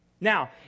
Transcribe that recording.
Now